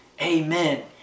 Amen